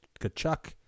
Kachuk